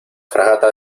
fragata